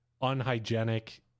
unhygienic